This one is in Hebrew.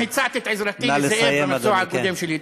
גם הצעתי את עזרתי לזאב במקצוע הקודם שלי.